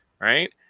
Right